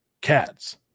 cats